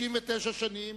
69 שנים